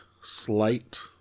slight